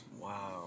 Wow